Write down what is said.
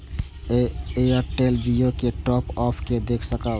Airtel Jio के top up के देख सकब?